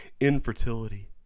infertility